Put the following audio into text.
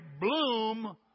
bloom